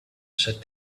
said